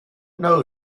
know